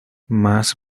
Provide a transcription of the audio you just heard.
mas